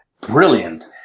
brilliant